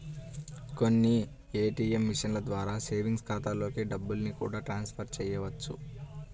కొన్ని ఏ.టీ.యం మిషన్ల ద్వారా సేవింగ్స్ ఖాతాలలోకి డబ్బుల్ని కూడా ట్రాన్స్ ఫర్ చేయవచ్చు